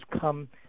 come